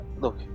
look